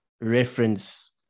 reference